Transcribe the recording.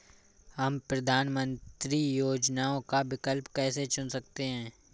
हम प्रधानमंत्री योजनाओं का विकल्प कैसे चुन सकते हैं?